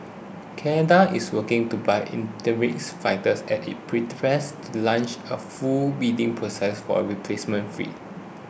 Canada is working to buy interims fighters as it prit fest to launch a full bidding process for a replacement fleet